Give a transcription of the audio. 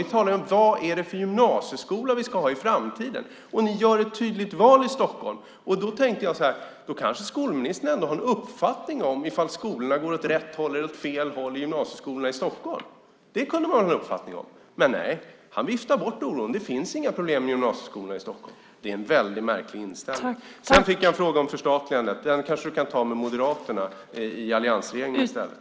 Vi talar om vad det är för gymnasieskola vi ska ha i framtiden, och ni gör ett tydligt val i Stockholm. Jag tänkte: Då kanske skolministern ändå har en uppfattning om ifall gymnasieskolorna går åt rätt håll eller fel håll i Stockholm. Det kunde han ha en uppfattning om. Men nej, han viftar bort oron. Det finns inga problem i gymnasieskolorna i Stockholm. Det är en väldigt märklig inställning. Sedan fick jag en fråga om förstatligandet. Den kanske du kan ta med Moderaterna i alliansregeringen i stället.